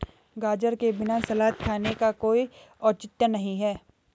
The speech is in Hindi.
गाजर के बिना सलाद खाने का कोई औचित्य नहीं है